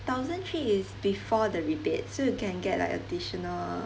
thousand three is before the rebate so you can get like additional